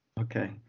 Okay